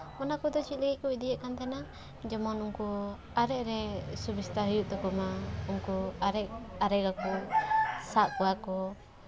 ᱚᱱᱟ ᱠᱚᱫᱚ ᱪᱮᱫ ᱞᱟᱹᱜᱤᱫ ᱠᱚ ᱤᱫᱤᱭᱮᱜ ᱠᱟᱱ ᱛᱟᱦᱮᱱᱟ ᱡᱮᱢᱚᱱ ᱩᱱᱠᱩ ᱟᱨᱮᱡ ᱨᱮ ᱥᱩᱵᱤᱥᱛᱟ ᱦᱩᱭᱩᱜ ᱛᱟᱠᱚ ᱢᱟ ᱩᱱᱠᱩ ᱟᱨᱮᱡ ᱟᱨᱮᱡᱟ ᱠᱚ ᱥᱟᱵ ᱠᱚᱣᱟ ᱠᱚ